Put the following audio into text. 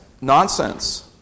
nonsense